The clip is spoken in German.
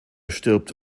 stirbt